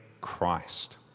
Christ